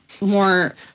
more